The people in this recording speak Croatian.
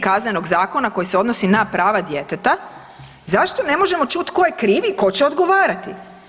Kaznenog zakona koji se odnosi na prava djeteta zašto ne možemo čuti tko je kriv i tko će odgovarati.